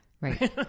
Right